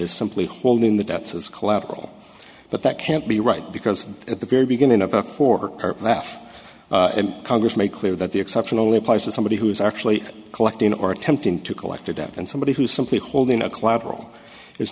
is simply holding the debts as collateral but that can't be right because at the very beginning of a quarter or half congress make clear that the exception only applies to somebody who is actually collecting or attempting to collect a debt and somebody who simply holding a collateral is